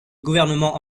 gouvernement